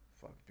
Fuck